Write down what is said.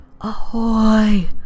Ahoy